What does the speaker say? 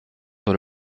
dans